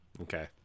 Okay